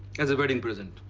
as a wedding present.